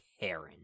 Karen